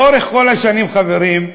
לאורך כל השנים, חברים,